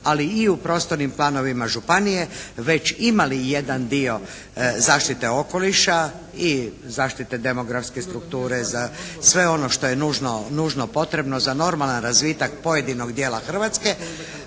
ali i u prostornim planovima županije već imali jedan dio zaštite okoliša i zaštite demografske strukture za sve ono što je nužno, nužno potrebno za normalan razvitak pojedinog dijela Hrvatske.